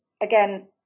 again